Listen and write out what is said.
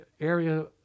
area